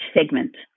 segment